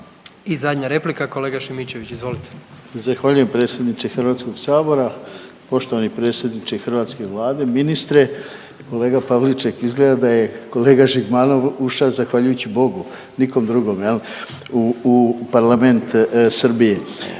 I zadnja replika, kolega Šimičević izvolite. **Šimičević, Rade (HDZ)** Zahvaljujem predsjedniče HS, poštovani predsjedniče hrvatske vlade, ministre. Kolega Pavliček, izgleda da je kolega Žigmanov ušao zahvaljujući Bogu, nikom drugome jel u parlament Srbije.